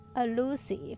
elusive